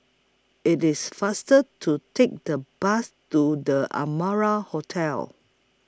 IT IS faster to Take The Bus to The Amara Hotel